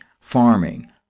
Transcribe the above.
farming